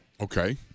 Okay